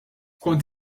kont